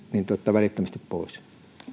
välittömästi pois